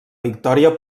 victòria